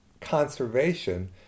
conservation